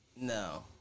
no